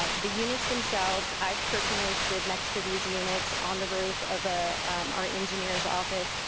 ah the units themselves, i've personally stood next to these units on the roof of ah our engineer's office.